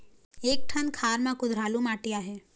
एक ठन खार म कुधरालू माटी आहे?